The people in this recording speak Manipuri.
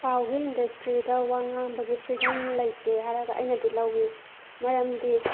ꯄꯥꯎ ꯏ ꯏꯟꯗꯁꯇ꯭ꯔꯤꯗ ꯋꯥ ꯉꯥꯡꯕꯒꯤ ꯐ꯭ꯔꯤꯗꯝ ꯂꯩꯇꯦ ꯍꯥꯏꯔꯒ ꯑꯩꯅꯗꯤ ꯂꯧꯏ ꯃꯔꯝꯗꯤ